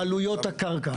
עלויות הקרקע.